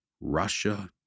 Russia